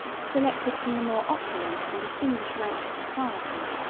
selected from the more opulent and distinguished ranks of society,